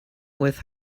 with